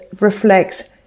reflect